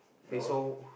no